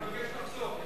אני מבקש לחזור.